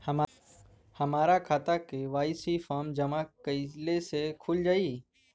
हमार खाता KYC form जमा कइले से खुल जाई?